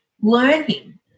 learning